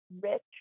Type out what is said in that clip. rich